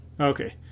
Okay